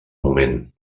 moment